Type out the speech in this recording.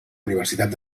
universitat